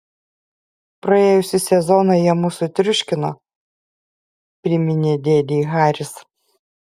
praėjusį sezoną jie mus sutriuškino priminė dėdei haris